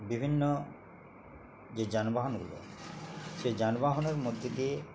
বিভিন্ন যে যানবাহন সেই যানবাহনের মধ্যে দিয়ে